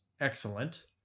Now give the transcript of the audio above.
Excellent